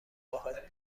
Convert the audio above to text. باهات